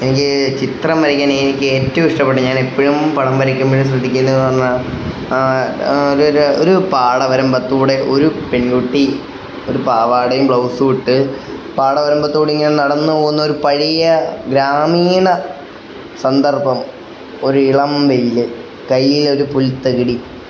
എനിക്കു ചിത്രം വരക്കാന് എനിക്ക് ഏറ്റവും ഇഷ്ടപ്പെട്ട് ഞാൻ എപ്പഴും പടം വരയ്ക്കുമ്പോഴും ശ്രദ്ധിക്കേണ്ടതെന്നുപറഞ്ഞാല് ഒരു പാടവരമ്പത്തൂടെ ഒരു പെൺകുട്ടി ഒരു പാവാടയും ബ്ലൗസുമിട്ട് പാടവരമ്പത്തുകൂടി ഇങ്ങനെ നടന്നുപോകുന്നൊരു പഴയ ഗ്രാമീണ സന്ദർഭം ഒരു ഇളം വെയില് കയ്യിലൊരു പുൽത്തകിടി